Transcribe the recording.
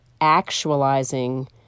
actualizing